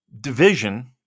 division